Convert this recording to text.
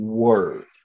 word